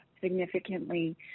significantly